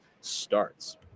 starts